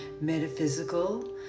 metaphysical